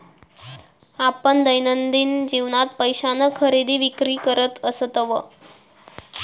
आपण दैनंदिन जीवनात पैशान खरेदी विक्री करत असतव